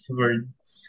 words